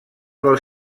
dels